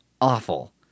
awful